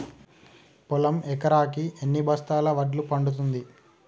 పొలం ఎకరాకి ఎన్ని బస్తాల వడ్లు పండుతుంది?